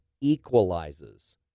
equalizes